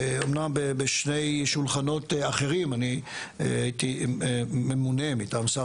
אמנם בשני שולחנות אחרים אני הייתי ממונה מטעם שר